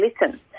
listen